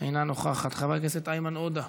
אינה נוכחת, חבר הכנסת איימן עודה,